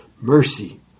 mercy